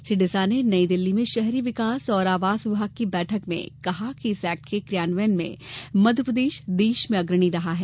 श्री डिसा ने नई दिल्ली में शहरी विकास और आवास विभाग की बैठक में कहा कि इस एक्ट के क्रियान्वयन में मध्यप्रदेश देश में अग्रणी रहा है